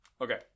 Okay